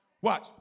Watch